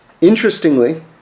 Interestingly